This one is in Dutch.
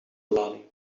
lading